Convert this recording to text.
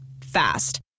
Fast